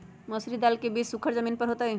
मसूरी दाल के बीज सुखर जमीन पर होतई?